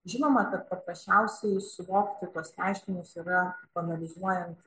žinoma kad paprasčiausiai suvokti tuos reiškinius yra analizuojant